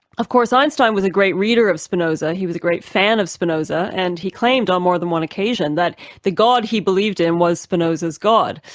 of course einstein was a great reader of spinoza, he was a great fan of spinoza, and he claimed on more than one occasion that the god he believed in was spinoza's god.